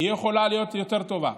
יכולה להיות יותר טובה,